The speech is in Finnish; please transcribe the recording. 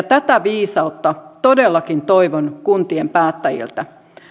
tätä viisautta todellakin toivon kuntien päättäjiltä